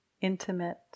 intimate